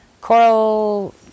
coral